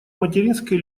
материнской